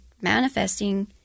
manifesting